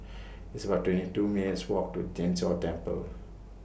It's about twenty two minutes' Walk to Tien Chor Temple